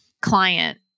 client